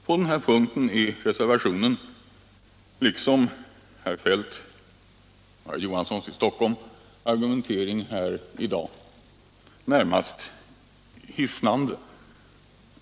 På den här punkten är reservanternas liksom herr Feldts och herr Knut Johanssons i Stockholm argumentering i dag närmast hissnande.